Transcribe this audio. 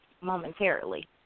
momentarily